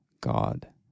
God